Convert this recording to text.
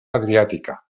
adriàtica